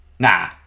Nah